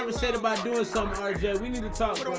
um said about doing something right? yeah, we need to talk